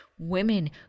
Women